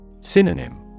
Synonym